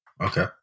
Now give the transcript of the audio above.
Okay